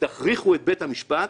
שתכריחו את בית המשפט